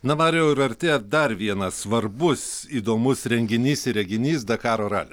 na mariau ir artėja dar vienas svarbus įdomus renginys ir reginys dakaro ralis